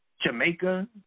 Jamaica